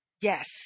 Yes